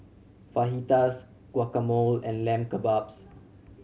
Fajitas Guacamole and Lamb Kebabs